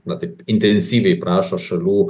na taip intensyviai prašo šalių